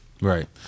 right